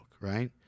right